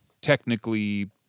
technically